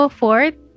fourth